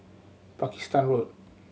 Pakistan Road